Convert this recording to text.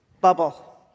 bubble